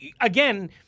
Again